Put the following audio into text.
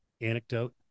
anecdote